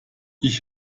ich